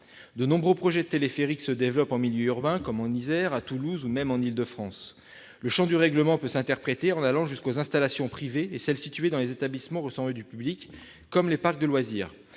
De nombreux projets de téléphériques se développent en milieu urbain, comme en Isère, à Toulouse ou même en Île-de-France. Le champ du règlement peut s'interpréter comme s'étendant aux installations privées et à celles qui sont situées dans des établissements recevant du public, tels les parcs de loisirs.